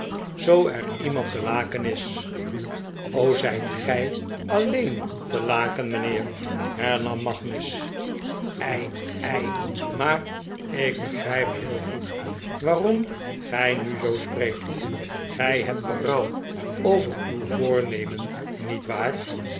zoo er iemand te laken is o r zijt gij alleen te laken mijnheer hernam magnus ei ei maar ik begrijp heel goed waarom gij nu zoo spreekt gij nebt berouw over uw voornemen niet waar